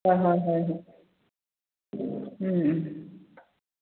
ꯍꯣꯏ ꯍꯣꯏ ꯍꯣꯏ ꯍꯣꯏ ꯎꯝ ꯎꯝ